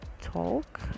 talk